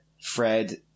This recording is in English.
Fred